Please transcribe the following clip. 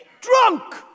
drunk